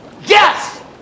Yes